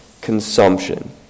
consumption